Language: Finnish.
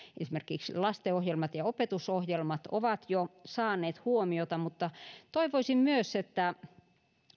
esimerkiksi lastenohjelmat ja opetusohjelmat ovat jo saaneet huomiota mutta toivoisin myös että